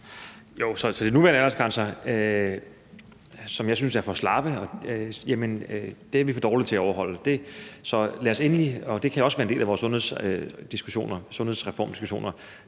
De nuværende aldersgrænser, som jeg synes er for slappe, er vi for dårlige til at overholde. Og det kan også være en del af vores sundhedsreformdiskussioner